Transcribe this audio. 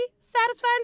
satisfied